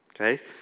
okay